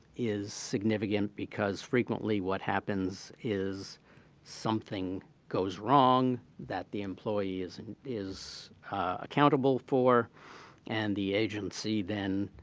is significant because frequently what happens is something goes wrong that the employees is accountable for and the agency then